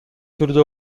түрдө